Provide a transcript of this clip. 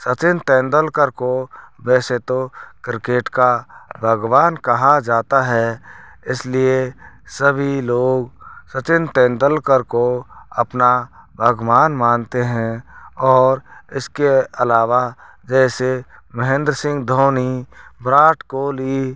सचिन तेंदुलकर को वैसे तो क्रिकेट का भगवान कहा जाता है इसलिए सभी लोग सचिन तेंदुलकर को अपना भगवान मानते हैं और इसके अलावा जैसे महेंद्र सिंह धोनी विराट कोहली